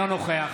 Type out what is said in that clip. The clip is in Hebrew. אינו נוכח